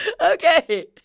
okay